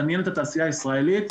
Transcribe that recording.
לעניין את התעשייה הישראלית,